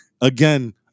again